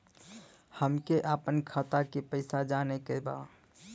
हमके आपन खाता के पैसा जाने के बा